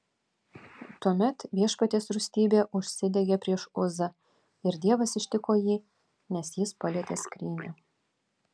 tuomet viešpaties rūstybė užsidegė prieš uzą ir dievas ištiko jį nes jis palietė skrynią